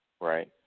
Right